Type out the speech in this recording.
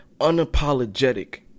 unapologetic